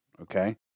Okay